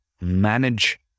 manage